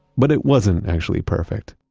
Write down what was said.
but it wasn't actually perfect.